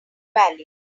valley